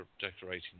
decorating